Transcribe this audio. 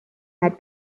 had